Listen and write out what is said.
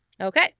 Okay